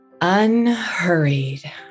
Unhurried